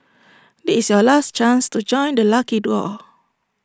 this your last chance to join the lucky draw